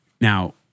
Now